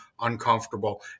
uncomfortable